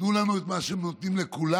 תנו לנו את מה שנותנים לכולם,